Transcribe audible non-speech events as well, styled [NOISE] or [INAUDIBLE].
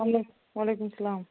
[UNINTELLIGIBLE] وعلیکُم السلام